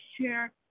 share